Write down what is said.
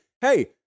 Hey